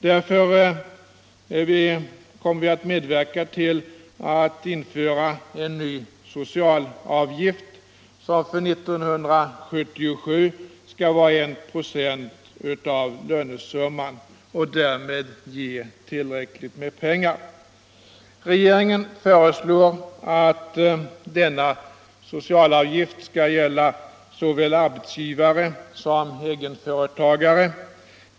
Därför kommer vi att medverka till införandet av en ny socialavgift, som för 1977 skall vara 1 24 av lönesumman och därmed pe tillräckligt med pengar. Regeringen föreslår att denna socialavgift skall gälla såväl arbetsgivare som egenföretagare.